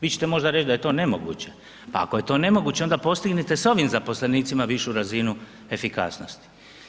Vi ćete možda reći da je to nemoguće, ali ako je to nemoguće onda postignite s ovim zaposlenicima višu razinu efikasnosti.